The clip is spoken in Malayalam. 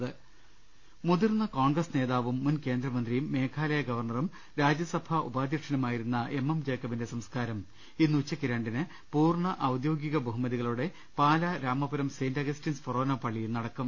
് മുതിർന്ന കോൺഗ്രസ് നേതാവും മുൻ കേന്ദ്രമന്ത്രിയും മേഘാ ലയ ഗവർണറും രാജ്യസഭാ ഉപാധ്യക്ഷനുമായിരുന്ന എം എം ജേക്കബിന്റെ സംസ്കാരം ഇന്ന് ഉച്ചയ്ക്ക് രണ്ടിന് പൂർണ്ണ ഔദ്യോഗിക ബഹുമതികളോടെ പാലാ രാമപുരം സെന്റ് അഗസ്റ്റിൻസ് ഫൊറോന പള്ളിയിൽ നടക്കും